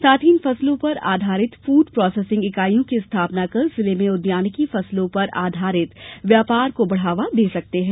साथ ही इन फसलों पर आधारित फूड प्रोसेसिंग ईकाईयों की स्थापना कर जिले में उद्यानिकी फसलों पर आधारित व्यापार को बढ़ावा दे सकते है